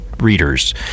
readers